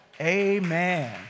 Amen